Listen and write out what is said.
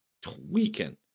tweaking